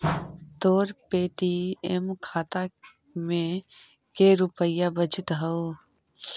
तोर पे.टी.एम खाता में के रुपाइया बचित हउ